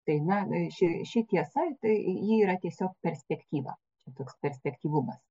tai na ši ši tiesa tai ji yra tiesiog perspektyva čia toks perspektyvumas